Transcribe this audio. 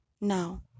Now